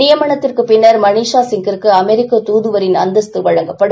நியமனத்துக்குபின்னர்மனிஷாசிங்கிற்குஅமெரிக்கதூதுவரின் அந்தஸ்துவழங்கப்படும்